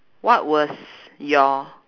what was your